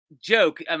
Joke